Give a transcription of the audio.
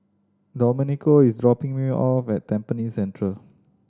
Domenico is dropping me off at Tampines Central